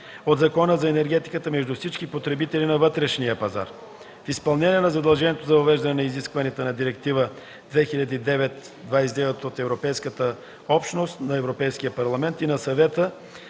от Закона за енергетиката, между всички потребители на вътрешния пазар. В изпълнение на задължението за въвеждане на изискванията на Директива 2009/29/ЕО на Европейския парламент и на Съвета,